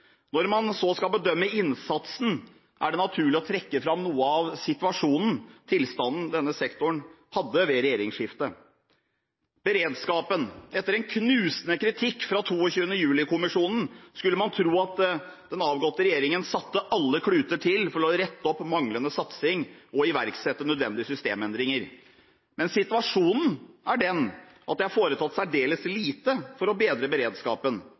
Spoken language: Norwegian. Når man så skal bedømme innsatsen, er det naturlig å trekke fram tilstanden denne sektoren hadde ved regjeringsskiftet. Når det gjelder beredskapen, skulle man etter en knusende kritikk fra 22. juli-kommisjonen tro at den avgåtte regjeringen hadde satt alle kluter til for å rette opp manglende satsing og iverksatte nødvendige systemendringer. Men situasjonen er den at det er foretatt særdeles lite for å bedre beredskapen.